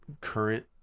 current